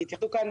את שומעת אותי?